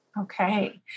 Okay